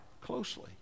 closely